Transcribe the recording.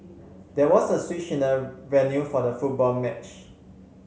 there was a switch in the venue for the football match